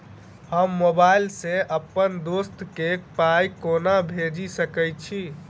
हम मोबाइल सअ अप्पन दोस्त केँ पाई केना भेजि सकैत छी?